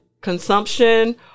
consumption